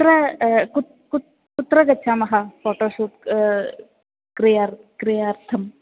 कुत्र कुत्र कुत्र कुत्र गच्छामः फ़ोटोशूट् क्रियार्थं क्रियार्थम्